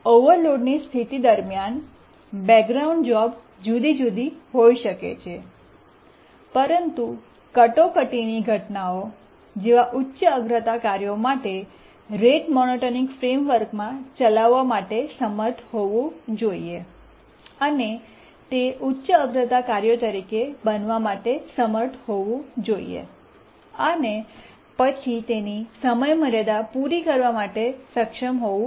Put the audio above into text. ઓવરલોડની સ્થિતિ દરમિયાન background job જુદી જુદી હોઈ શકે છે પરંતુ કટોકટીની ઘટનાઓ જેવા ઉચ્ચ અગ્રતા કાર્યો માટેરેટ મોનોટોનિક ફ્રૈમ્વર્ક માં ચલાવવા માટે સમર્થ હોવું જોઈએ અને તે ઉચ્ચ અગ્રતા કાર્યો તરીકે બનવા માટે સમર્થ હોવું જોઈએ અને પછી તેની સમયમર્યાદા પૂરી કરવા માટે સક્ષમ હોવું જોઈએ